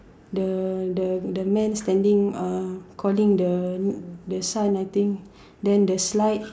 the the the man standing standing uh calling the the son I think then the slide